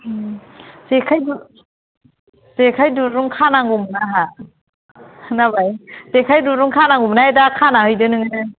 जेखाइ दुरुं खानांगौमोन आंहा खोनाबाय जेखाइ दुरुं खानांगौमोनहाय दा खानानै हैदो नोङो